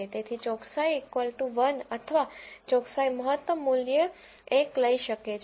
તેથી ચોકસાઈ 1 અથવા ચોકસાઈ મહત્તમ મૂલ્ય 1 લઈ શકે છે